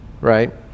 right